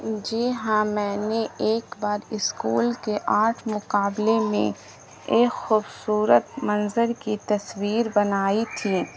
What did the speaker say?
جی ہاں میں نے ایک بار اسکول کے آرٹ مقابلے میں ایک خوبصورت منظر کی تصویر بنائی تھی